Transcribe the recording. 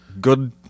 good